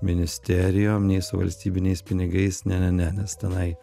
ministerijom nei su valstybiniais pinigais ne ne ne nes tenai